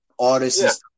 artists